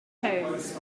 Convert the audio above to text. tones